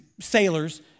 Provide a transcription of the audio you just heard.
sailors